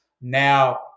Now